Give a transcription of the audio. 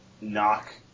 knock